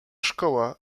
szkoła